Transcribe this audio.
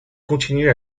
continue